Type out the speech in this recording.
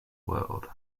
world